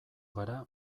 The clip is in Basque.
gara